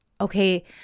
okay